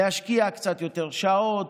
להשקיע קצת יותר שעות,